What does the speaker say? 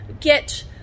get